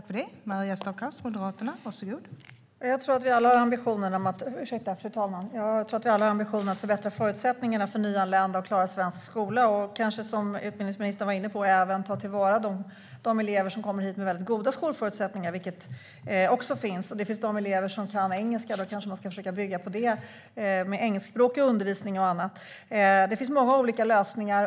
Fru talman! Jag tror att vi alla har ambitionen att förbättra förutsättningarna för nyanlända att klara svensk skola och att - som utbildningsministern var inne på - även ta till vara de elever som kommer hit med väldigt goda skolkunskaper, vilket också förekommer. Man ska kanske ha engelskspråkig undervisning för de elever som kan engelska. Det finns många olika lösningar.